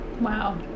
Wow